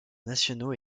nationaux